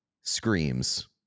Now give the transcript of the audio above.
screams